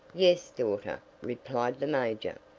yes, daughter, replied the major,